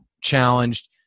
challenged